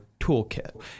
toolkit